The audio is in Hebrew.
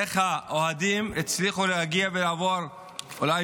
איך האוהדים הצליחו להגיע ולעבור אולי